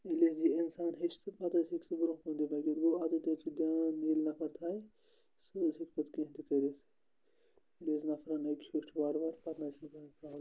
ییٚلہِ حظ یہِ اِنسان ہیٚچھ پتہٕ حظ ہیٚکہ سُہ برونٛہہ کُن تہِ پٔکِتھ گوٚو اَتیٚتھ حظ چھِ دھیان ییٚلہِ نفر تھایہِ سُہ حظ ہٮ۪کہِ پتہٕ کیٚنہہ تہِ کٔرِتھ ییٚلہِ حظ نفرَن أکۍ ہیٚوچھ وارٕ وارٕ پتہٕ نہٕ حظ چھِنہٕ کانٛہہ پرا